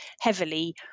heavily